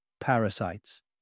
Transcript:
Parasites